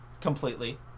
completely